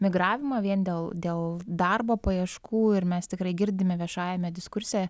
migravimą vien dėl dėl darbo paieškų ir mes tikrai girdime viešajame diskurse